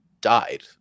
died